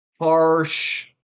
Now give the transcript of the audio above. Harsh